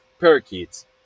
Parakeets